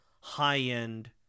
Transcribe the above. high-end